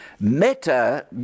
Meta